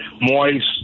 moist